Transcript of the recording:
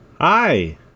Hi